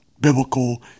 biblical